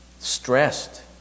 stressed